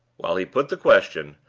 while he put the question,